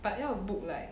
but 要 book like